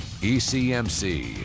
ECMC